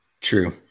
True